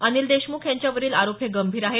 अनिल देशमुख यांच्यावरील आरोप हे गंभीर आहेत